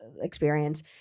experience